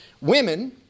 women